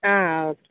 ಹಾಂ ಓಕೆ